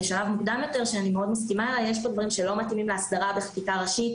דברים שלא מתאימים להסדרה בחקיקה ראשית,